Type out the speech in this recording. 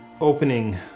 opening